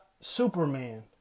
Superman